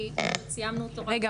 כי סיימנו אותו רק- רגע,